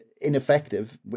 ineffective